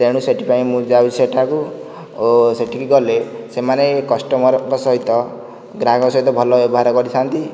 ତେଣୁ ସେଥିପାଇଁ ମୁଁ ଯାଉଛି ସେଠାକୁ ଓ ସେଠିକି ଗଲେ ସେମାନେ କଷ୍ଟମର୍ଙ୍କ ସହିତ ଗ୍ରାହକ ସହିତ ଭଲ ବ୍ୟବହାର କରିଥାନ୍ତି